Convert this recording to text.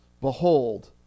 Behold